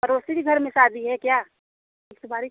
पड़ोसी के घर में शादी है क्या इस बारी